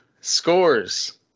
scores